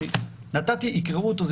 יקראו אותו.